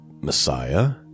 Messiah